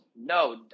No